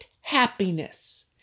happiness